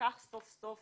וכך סוף-סוף